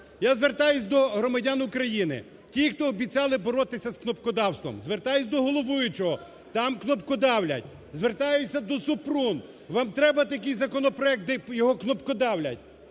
Я звертаюсь до громадян України, ті, хто обіцяли боротися з кнопокдавством. Звертаюсь до головуючого, там кнопкодавлять. Звертаюся до Супрун, вам треба такий законопроект, його кнопкодавлять?